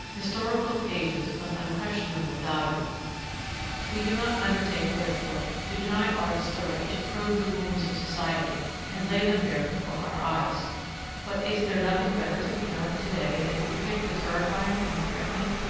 historical pages of unquestionable value we do not undertake, therefore, to deny artists the right to probe the wounds of society and lay them bare before our eyes but is there nothing better to be done to-day than to depict the terrifying and the threatening?